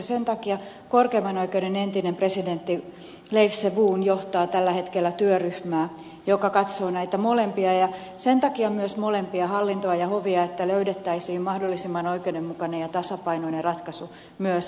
sen takia korkeimman oikeuden entinen presidentti leif sevon johtaa tällä hetkellä työryhmää joka katsoo näitä molempia ja sen takia myös molempia hallintoa ja hovia että löydettäisiin mahdollisimman oikeudenmukainen ja tasapainoinen ratkaisu myös aluepoliittisesti